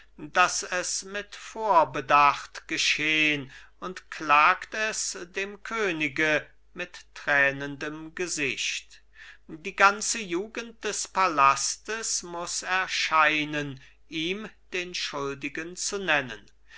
daß es mit vorbedacht geschehn und klagt es dem könige mit tränendem gesicht die ganze jugend des palastes muß erscheinen ihm den schuldigen zu nennen